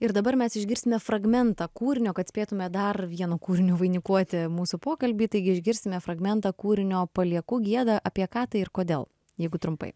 ir dabar mes išgirsime fragmentą kūrinio kad spėtume dar vienu kūriniu vainikuoti mūsų pokalbį taigi išgirsime fragmentą kūrinio palieku gieda apie ką tai ir kodėl jeigu trumpai